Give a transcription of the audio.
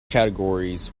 categories